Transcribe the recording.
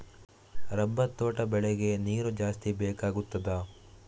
Rubber ತೋಟ ಬೆಳೆಗೆ ನೀರು ಜಾಸ್ತಿ ಬೇಕಾಗುತ್ತದಾ?